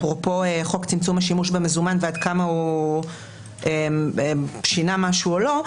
אפרופו חוק צמצום השימוש במזומן ועד כמה הוא שינה משהו או לא,